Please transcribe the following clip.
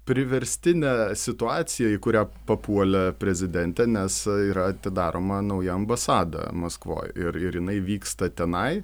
priverstinė situacija į kurią papuolė prezidentė nes yra atidaroma nauja ambasada maskvoj ir ir jinai vyksta tenai